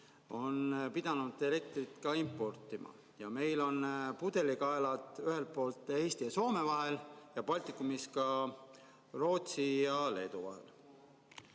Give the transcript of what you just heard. on pidanud elektrit ka importima ja meil on pudelikaelad ühelt poolt Eesti ja Soome vahel ning Baltikumis ka Rootsi ja Leedu